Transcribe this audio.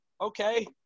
okay